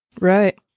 Right